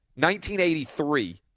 1983